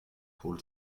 holt